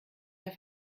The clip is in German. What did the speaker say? der